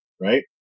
right